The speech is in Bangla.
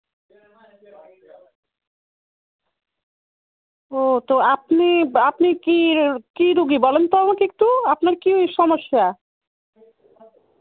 ও তো আপনি আপনি কী কী রুগী বলেন তো আমাকে একটু আপনার কী সমস্যা